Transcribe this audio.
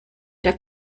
der